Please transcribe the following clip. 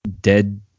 dead